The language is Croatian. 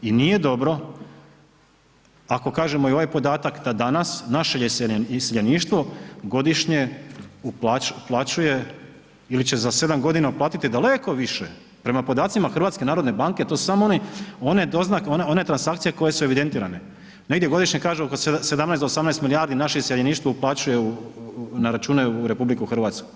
I nije dobro ako kažemo i ovaj podatak da danas naše iseljeništvo godišnje uplaćuje ili će za 7 godina uplatiti daleko više prema podacima HNB-a to su samo oni, one transakcije koje su evidentirane, negdje godišnje kažu oko 17 do 18 milijardi naše iseljeništvo uplaćuje na računa u RH.